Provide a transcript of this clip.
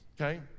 Okay